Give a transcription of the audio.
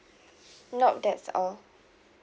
nope that's all